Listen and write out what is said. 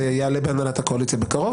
זה יעלה בהנהלת הקואליציה בקרוב,